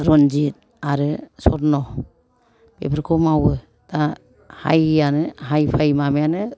रन्जित आरो सरन' बेफोरखौ मावो दा हायैआनो हाइ फाइ माबायानो